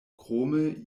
krome